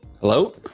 hello